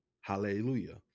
hallelujah